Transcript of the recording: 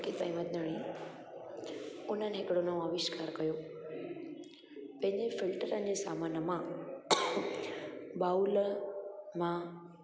अंकित अहमद आहिनि उन्हनि हिकिड़ो नओं अविष्कार कयो पंहिंजे फिल्टरनि जे सामान मां बाउल मां